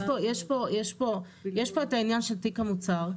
יש פה את העניין של תיק המוצר.